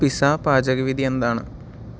pizza പാചക വിധി എന്താണ്